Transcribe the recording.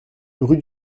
rue